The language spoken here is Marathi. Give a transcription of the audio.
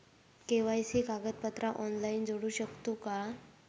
के.वाय.सी कागदपत्रा ऑनलाइन जोडू शकतू का?